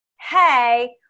Hey